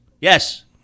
Yes